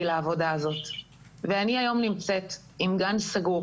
לעבודה הזאת ואני היום נמצאת עם גן סגור